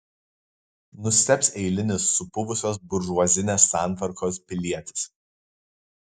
nustebs eilinis supuvusios buržuazinės santvarkos pilietis